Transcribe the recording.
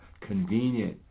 convenient